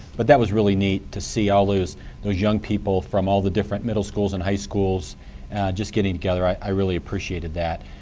but that was really neat to see all those those young people from all the different middle schools and high schools just getting together. i really appreciated that.